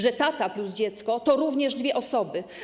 Że tata plus dziecko to również dwie osoby.